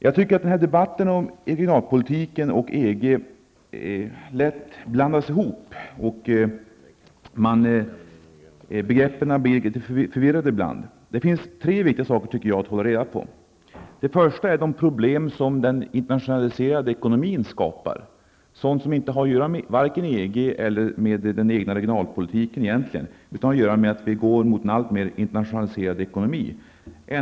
Jag tycker att man i debatten om regionalpolitiken och EG lätt blandar ihop begreppen så att det blir litet förvirrande ibland. Det finns tre viktiga saker att hålla reda på. Det första är de problem som den internationaliserade ekonomin skapar. Sådant har inte att göra med vare sig EG eller vår egen regionalpolitik, utan det har att göra med att vi går mot en allt mer internationaliserad ekonomi.